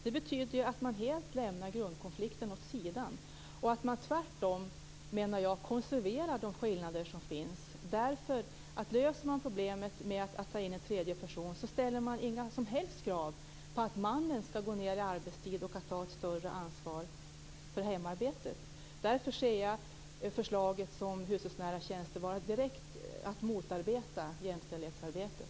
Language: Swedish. Det betyder att man helt lämnar grundkonflikten åt sidan och att man tvärtom, menar jag, konserverar de skillnader som finns, därför att löser man problemet med att ta in en tredje person så ställer man inga som helst krav på att mannen skall gå ned i arbetstid och ta ett större ansvar för hemarbetet. Därför anser jag att förslaget om hushållsnära tjänster är att direkt motarbeta jämställdhetsarbetet.